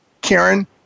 Karen